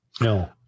No